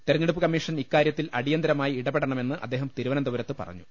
തെരഞ്ഞെടുപ്പ് കമ്മീഷൻ ഇക്കാര്യത്തിൽ അടിയന്തരമായി ഇടപെടണമെന്ന് അദ്ദേഹം തിരുവനന്തപുരത്ത് പറഞ്ഞു